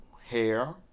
hair